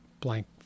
blank